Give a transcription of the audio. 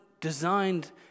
designed